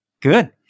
good